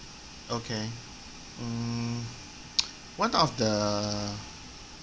okay mm one of the